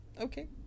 okay